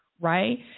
right